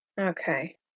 Okay